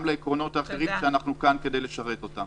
לעקרונות אחרים שאנחנו כאן כדי לשרתם.